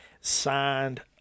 signed